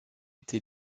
été